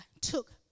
took